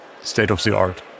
state-of-the-art